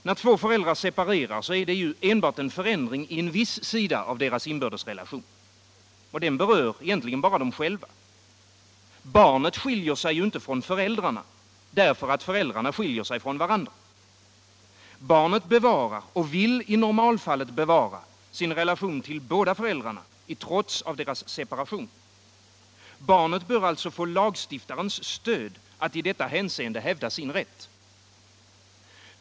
När två föräldrar separerar, är det enbart en förändring i en viss sida av deras inbördes relationer. Den berör egentligen bara dem själva. Barnet skiljer sig ju inte från föräldrarna därför att föräldrarna skiljer sig från varandra. Barnet bevarar och vill i normalfallet bevara sin relation till båda föräldrarna i trots av deras separation. Barnet bör alltså få lagstiftarens stöd att i detta hänseende hävda sin rätt.